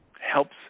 helps